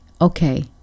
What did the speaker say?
okay